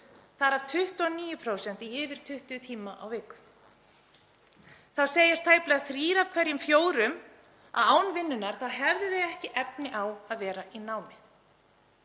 þar af 29% í yfir 20 tíma á viku. Þá segja tæplega þrír af hverjum fjórum að án vinnunnar hefðu þeir ekki efni á að vera í námi.